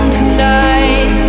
tonight